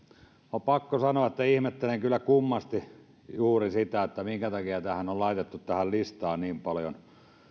on pakko sanoa että ihmettelen kyllä kummasti juuri sitä minkä takia tähän listaan on laitettu niin paljon